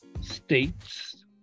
states